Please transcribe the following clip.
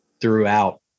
throughout